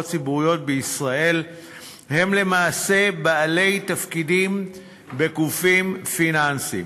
ציבוריות בישראל הם למעשה בעלי תפקידים בגופים פיננסיים.